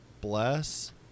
Bless